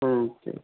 ठीक